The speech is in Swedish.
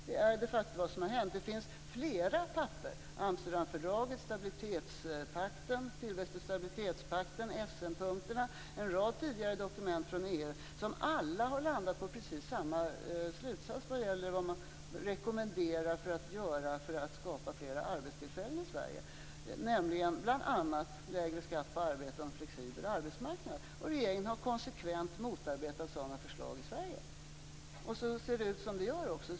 Det finns en rad tidigare dokument från EU - Amsterdamfördraget, tillväxt och stabilitetspakten, Essenpunkterna - som alla har landat på precis samma slutsats när det gäller vad man rekommenderar för att skapa fler arbetstillfällen i Sverige, nämligen bl.a. lägre skatt på arbete och en flexibel arbetsmarknad. Regeringen har konsekvent motarbetat sådana förslag i Sverige. Därför ser det också ut som det gör.